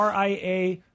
RIA